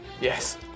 Yes